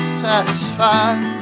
satisfied